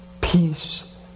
Peace